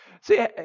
See